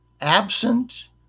absent